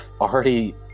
already